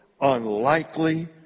unlikely